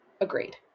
Agreed